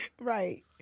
right